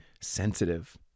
sensitive